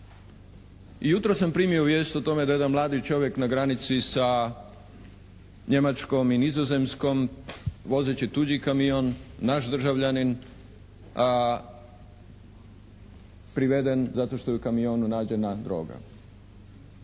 I jutros sam primio vijest o tome da je jedan mladi čovjek na granici sa Njemačkom i Nizozemskom vozeći tuđi kamion, naš državljanin, priveden zato što je u kamionu nađena droga.